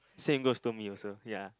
same goes to me also ya